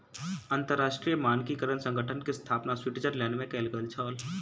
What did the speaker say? अंतरराष्ट्रीय मानकीकरण संगठन के स्थापना स्विट्ज़रलैंड में कयल गेल छल